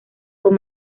con